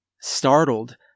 Startled